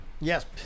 Yes